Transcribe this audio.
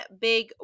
big